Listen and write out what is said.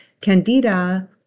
candida